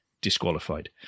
disqualified